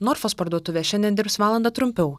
norfos parduotuvė šiandien dirbs valanda trumpiau